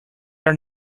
are